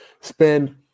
spend